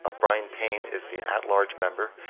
ah brian payne is the at large member.